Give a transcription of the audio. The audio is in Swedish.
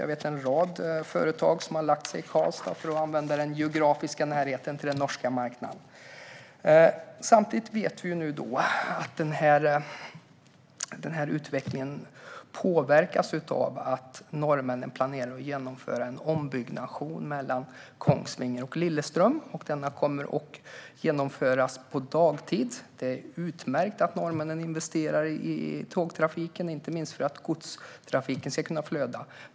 Jag vet en rad företag som har etablerat sig i Karlstad för att använda den geografiska närheten till den norska marknaden. Samtidigt vet vi nu att denna utveckling påverkas av att norrmännen planerar att genomföra en ombyggnation mellan Kongsvinger och Lillestrøm. Den kommer att genomföras på dagtid. Det är utmärkt att norrmännen investerar i tågtrafiken, inte minst för att godstrafiken ska kunna flöda.